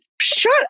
shut